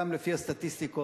גם לפי הסטטיסטיקות,